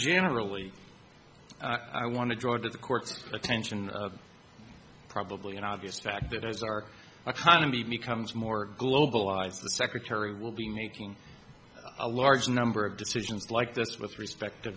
generally i want to draw the court's attention probably an obvious fact that as our economy becomes more globalized the secretary will be making a large number of decisions like this with respect to